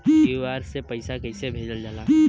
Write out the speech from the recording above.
QR से पैसा कैसे भेजल जाला?